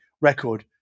record